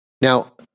Now